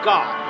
God